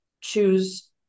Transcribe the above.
choose